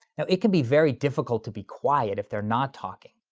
though it can be very difficult to be quiet if they're not talking,